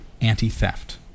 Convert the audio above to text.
anti-theft